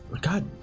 God